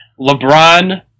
LeBron